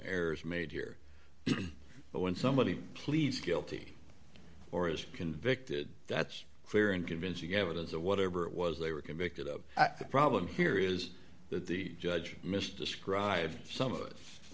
errors made here but when somebody pleads guilty or is convicted that's clear and convincing evidence whatever it was they were convicted of the problem here is that the judge missed descrive some